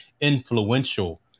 influential